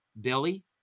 billy